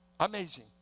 Amazing